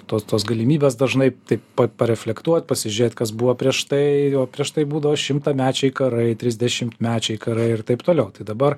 tos tos galimybės dažnai taip pa pa reflektuot pasižiūrėt kas buvo prieš tai o prieš tai būdavo šimtamečiai karai trisdešimtmečiai karai ir taip toliau tai dabar